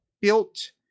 built